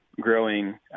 growing